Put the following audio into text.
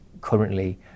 currently